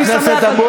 אני שמח על כך.